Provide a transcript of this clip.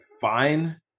fine